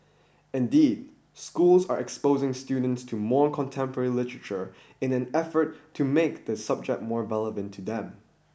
indeed schools are exposing students to more contemporary literature in an effort to make the subject more relevant to them